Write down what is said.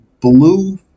blue